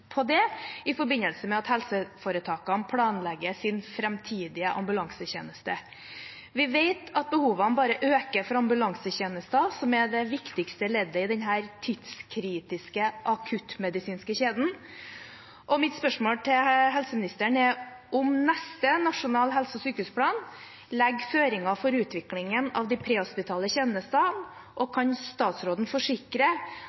på det i forbindelse med at helseforetakene planlegger sin framtidige ambulansetjeneste. Vi vet at behovene bare øker for ambulansetjenesten, som er det viktigste leddet i denne tidskritiske akuttmedisinske kjeden. Mitt spørsmål til helseministeren er om den neste nasjonale helse- og sykehusplanen legger føringer for utviklingen av de prehospitale tjenestene, og